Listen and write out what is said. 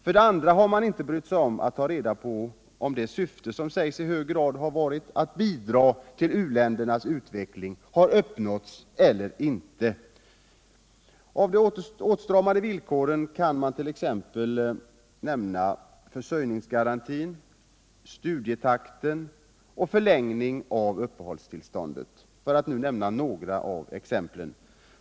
Vidare har man inte brytt sig om att ta reda på om syftet, som sägs i hög grad ha varit att bidra till u-ländernas utveckling, har uppnåtts eller inte. Av de åtstramade villkoren kan man t.ex. nämna försörjningsgarantin, studietakten och förlängningen av uppehållstillståndet, för att bara ta några.